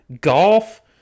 Golf